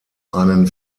einen